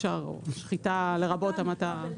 שחיטה לרבות המתה.